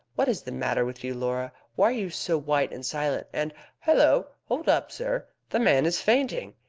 what is the matter with you, laura? why are you so white and silent and hallo! hold up, sir! the man is fainting!